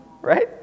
Right